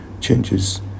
changes